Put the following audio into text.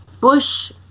Bush